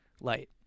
light